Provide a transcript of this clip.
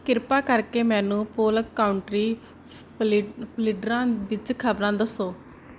ਕਿਰਪਾ ਕਰਕੇ ਮੈਨੂੰ ਪੋਲਕ ਕਾਉਂਟੀ ਫਲੋਰੀਡਾ ਵਿੱਚ ਖ਼ਬਰਾਂ ਦੱਸੋ